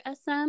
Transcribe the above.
SM